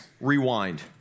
Rewind